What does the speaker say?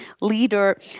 leader